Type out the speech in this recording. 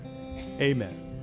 Amen